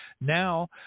now